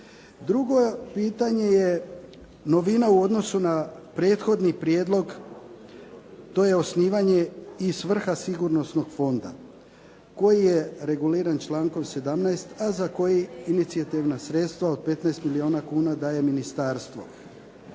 Drugo pitanje je novina u odnosu na prethodni prijedlog, to je osnivanje i svrha sigurnosnog fonda koji je reguliran člankom 17. a za koji inicijativna sredstva od 15 milijuna kuna daje ministarstvo